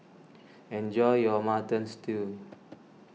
enjoy your Mutton Stew